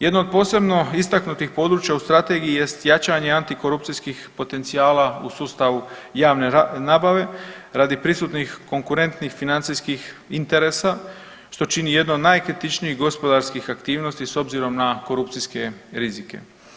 Jedno od posebno istaknutih područja u Strategiji jest jačanje i antikorupcijskih potencijala u sustavu javne nabave radi prisutnih konkurentnih financijskih interesa, što čini jedno od najkritičnijih gospodarskih aktivnosti s obzirom na korupcijske rizike.